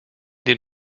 den